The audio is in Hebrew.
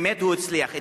באמת הוא הצליח,